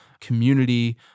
community